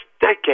decade